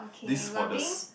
this for the